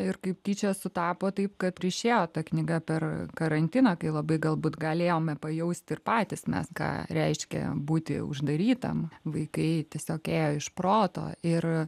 ir kaip tyčia sutapo taip kad ir išėjo ta knyga per karantiną kai labai galbūt galėjome pajausti ir patys mes ką reiškia būti uždarytam vaikai tiesiog ėjo iš proto ir